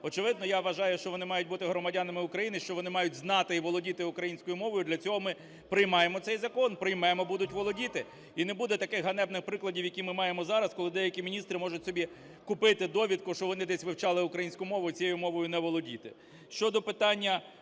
Очевидно, я вважаю, що вони мають бути громадянами України, що вони мають знати і володіти українською мовою, для цього ми приймаємо цей закон. Приймемо – будуть володіти, і не буде таких ганебних прикладів, які ми маємо зараз, коли деякі міністри можуть собі купити довідку, що вони десь вивчали українську мову, і цією мовою не володіти.